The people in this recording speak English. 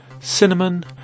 cinnamon